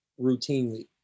routinely